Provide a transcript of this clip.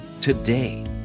today